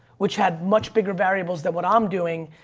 which had much bigger variables than what i'm doing.